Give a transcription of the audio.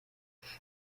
ist